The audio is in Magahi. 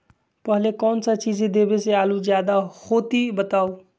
पहले कौन सा चीज देबे से आलू ज्यादा होती बताऊं?